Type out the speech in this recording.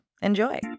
Enjoy